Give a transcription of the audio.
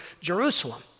Jerusalem